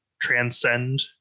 transcend